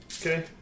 Okay